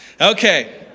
Okay